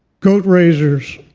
goat raisers,